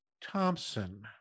Thompson